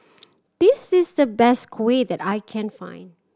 this is the best Kuih that I can find